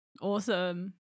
Awesome